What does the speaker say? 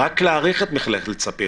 רק להעריך את מכללת ספיר.